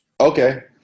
Okay